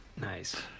Nice